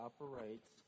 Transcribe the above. operates